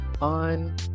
on